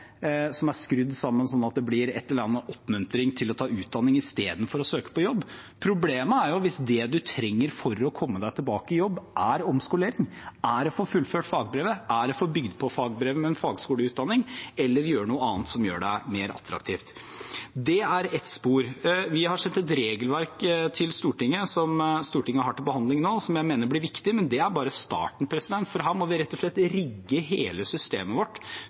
som er skrudd sammen sånn at det blir en eller annen oppmuntring til å ta utdanning istedenfor å søke på jobb. Hvis det man trenger for å komme tilbake i jobb, er omskolering, å få fullført fagbrevet, å få bygd på fagbrevet med en fagskoleutdanning eller å gjøre noe annet som gjør deg mer attraktiv, er det ett spor. Vi har sendt et regelverk til Stortinget som Stortinget har til behandling nå, og som jeg mener blir viktig, men det er bare starten, for her må vi rett og slett rigge hele systemet vårt,